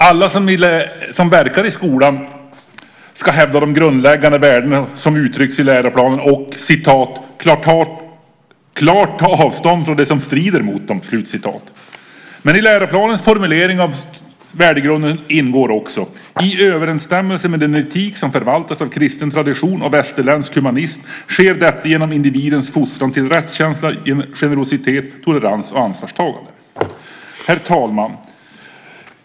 Alla som verkar i skolan ska hävda de grundläggande värden som uttrycks i läroplanen och "klart ta avstånd från det som strider mot dem". Men i läroplanens formulering av värdegrunden ingår också: "I överensstämmelse med den etik som förvaltas av kristen tradition och västerländsk humanism sker detta genom individens fostran till rättskänsla, generositet, tolerans och ansvarstagande." Herr talman!